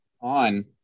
on